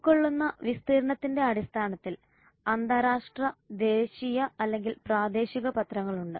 ഉൾക്കൊള്ളുന്ന വിസ്തീർണത്തിന്റെ അടിസ്ഥാനത്തിൽ അന്താരാഷ്ട്ര ദേശീയ അല്ലെങ്കിൽ പ്രാദേശിക പത്രങ്ങൾ ഉണ്ട്